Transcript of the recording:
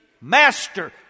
master